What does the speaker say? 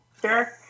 Sure